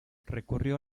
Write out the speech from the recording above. recurrió